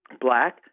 black